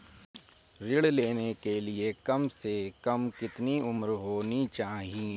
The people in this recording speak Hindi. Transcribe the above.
ऋण लेने के लिए कम से कम कितनी उम्र होनी चाहिए?